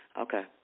okay